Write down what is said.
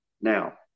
now